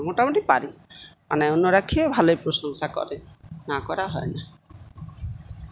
মোটামুটি পারি মানে অন্যরা খেয়ে ভালোই প্রশংসা করে না করা হয় না